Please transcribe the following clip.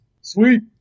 Sweet